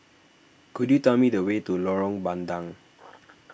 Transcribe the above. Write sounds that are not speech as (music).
could you tell me the way to Lorong Bandang (noise)